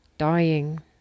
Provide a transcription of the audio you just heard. dying